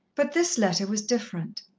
but this letter was different.